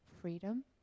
freedom